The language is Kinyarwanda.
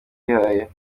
yihaye